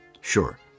Sure